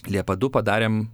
liepa du padarėm